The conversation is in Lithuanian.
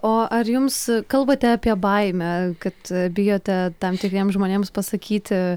o ar jums kalbate apie baimę kad bijote tam tikriems žmonėms pasakyti